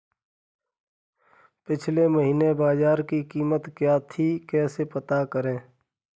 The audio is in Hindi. पिछले महीने बाजरे की कीमत क्या थी कैसे पता करें?